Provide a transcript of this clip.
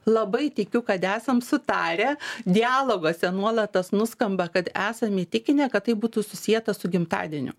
labai tikiu kad esam sutarę dialoguose nuolat tas nuskamba kad esam įtikinę kad tai būtų susieta su gimtadieniu